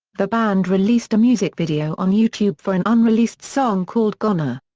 the band released a music video on youtube for an unreleased song called goner.